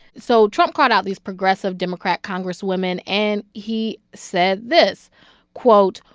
so trump called out these progressive democrat congresswomen. and he said this quote,